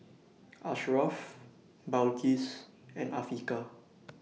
Asharaff Balqis and Afiqah